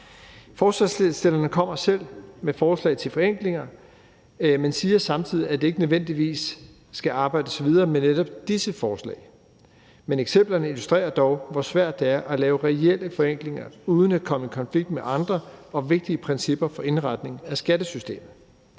Forslagsstillerne kommer selv med forslag til forenklinger, men siger samtidig, at der ikke nødvendigvis skal arbejdes videre med netop disse forslag. Men eksemplerne illustrerer dog, hvor svært det er at lave reelle forenklinger uden at komme i konflikt med andre og vigtige principper for indretning af skattesystemet.